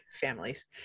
families